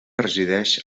resideix